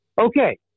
okay